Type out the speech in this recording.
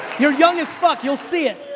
you're young as fuck you'll see it.